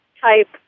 type